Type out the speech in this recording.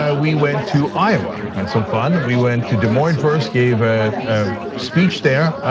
ah we went to iowa, had some fun. we went to des moines first, gave a ah speech there.